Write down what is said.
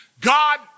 God